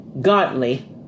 godly